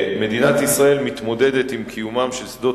מדינת ישראל מתמודדת עם קיומם של שדות